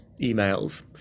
emails